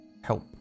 help